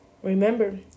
Remember